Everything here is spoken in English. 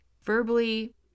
verbally